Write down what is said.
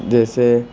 जैसे